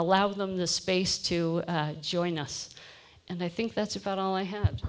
allow them the space to join us and i think that's about all i have